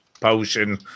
potion